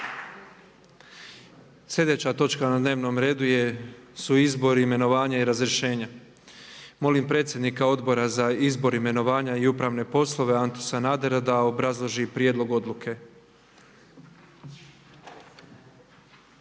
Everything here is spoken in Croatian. Sljedeća točka na dnevnom redu su: - Izbori, imenovanja i razrješenja; Molim predsjednika Odbora za izbor, imenovanja i upravne poslove Antu Sanadera da obrazloži prijedlog Odluke.